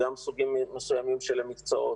גם סוגים מסוימים של המקצועות,